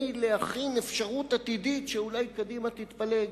להכין אפשרות עתידית שאולי קדימה תתפלג,